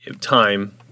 time